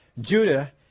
Judah